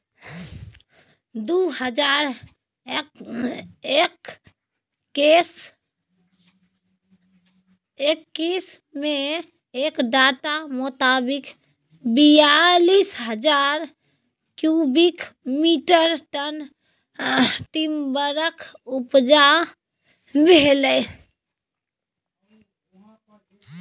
दु हजार एक्कैस मे एक डाटा मोताबिक बीयालीस हजार क्युबिक मीटर टन टिंबरक उपजा भेलै